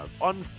on